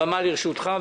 הבמה לרשותך.